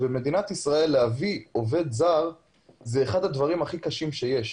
במדינת ישראל להביא עובד זר זה אחד הדברים הכי קשים שיש.